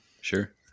sure